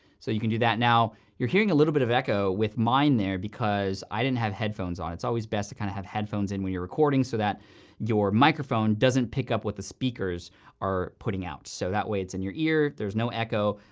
so you can do that. now, you're hearing a little bit of echo with mine there because i didn't have headphones on. it's always best to kind of have headphones in when you're recording so that your microphone doesn't pick up what the speakers are putting out. so that way it's in your ear. there's no echo.